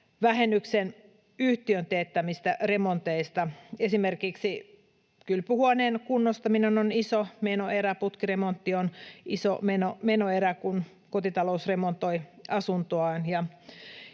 vähennyksen yhtiön teettämistä remonteista. Esimerkiksi kylpyhuoneen kunnostaminen on iso menoerä, putkiremontti on iso menoerä, kun kotitalous remontoi asuntoaan.